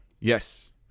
Yes